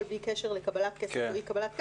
בלי קשר לקבלת כסף או אי קבלת כסף.